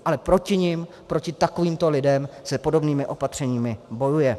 Ale proti nim, proti takovýmto lidem se podobnými opatřeními bojuje.